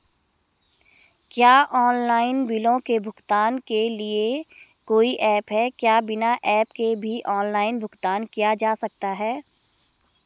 क्या ऑनलाइन बिलों के भुगतान के लिए कोई ऐप है क्या बिना ऐप के भी ऑनलाइन भुगतान किया जा सकता है?